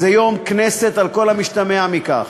זה יום כנסת, על כל המשתמע מכך.